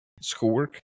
schoolwork